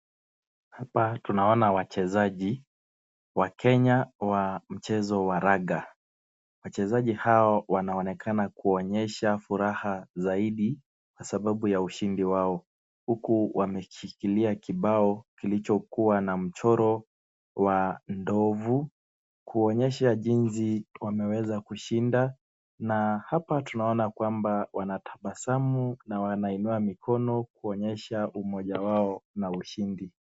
Hapa tunaona wachezaji wa Kenya wa mchezo wa raga. Wachezaji hawa wanaonyesha furaha zaidi kwa sababu ya ushindi wao huku wameshikilia kibao kilichokuwa na mchoro wa ndovu kuonyesha jinsi wameweza kushinda. Na hapa tunaona kwamba wanatabasamu na wanainua mikono kuonyesha umoja wao na ushindi.